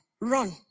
run